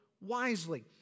wisely